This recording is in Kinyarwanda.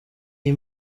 iyi